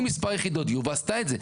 עם מספר יחידות דיור ועשתה את זה.